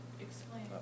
Explain